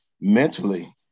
mentally